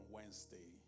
Wednesday